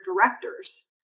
directors